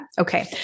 Okay